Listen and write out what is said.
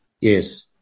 Yes